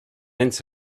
mince